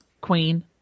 Queen